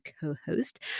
co-host